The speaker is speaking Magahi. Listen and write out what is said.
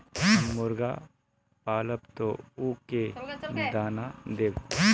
हम मुर्गा पालव तो उ के दाना देव?